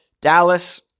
Dallas